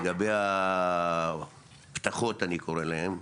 לגבי הפתחות אני קורא להם,